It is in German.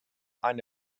eine